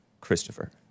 Christopher